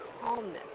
calmness